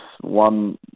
one